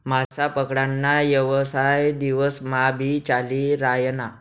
मासा पकडा ना येवसाय दिवस मा भी चाली रायना